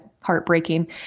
heartbreaking